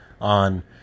on